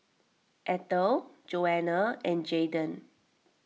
Ethel Joana and Jayden